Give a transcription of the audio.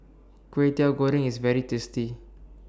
Kway Teow Goreng IS very tasty